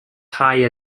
higher